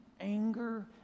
anger